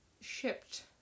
shipped